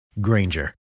Granger